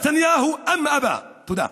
ובין שירצה נתניהו ובין שימאן.) תודה.